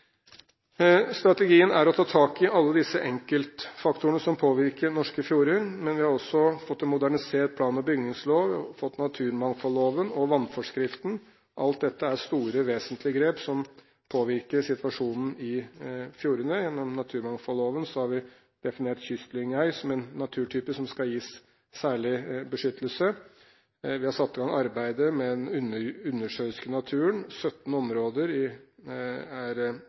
Strategien er å ta tak i alle disse enkeltfaktorene som påvirker norske fjorder. Men vi har også fått en modernisert plan- og bygningslov, vi har fått naturmangfoldloven og vannforskriften. Alt dette er store, vesentlige grep som påvirker situasjonen i fjordene. Gjennom naturmangfoldloven har vi definert kystlynghei som en naturtype som skal gis særlig beskyttelse. Vi har satt i gang arbeidet med den undersjøiske naturen. 17 områder er